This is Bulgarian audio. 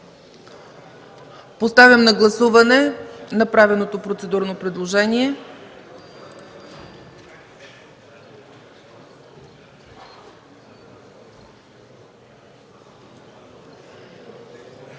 Поставям на гласуване направеното процедурно предложение.